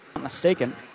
mistaken